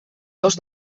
dos